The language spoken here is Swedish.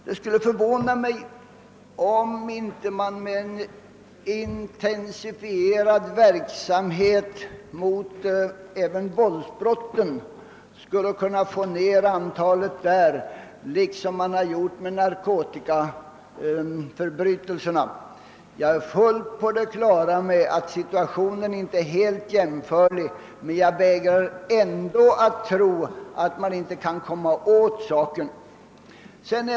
Det skulle förvåna mig om man inte med en intensifierad verksamhet skulle kunna få ned även antalet våldsbrott liksom man lyckats minska antalet narkotikaförbrytelser. Jag är fullt på det klara med att situationen när det gäller våldsbrotten inte är helt jämförlig med den situation som rådde när det gällde narkotikabrotten, men jag vägrar ändå att tro att man inte kan angripa problemet med framgång.